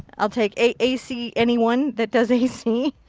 i'll take ac anyone that does ah ac.